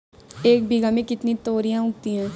एक बीघा में कितनी तोरियां उगती हैं?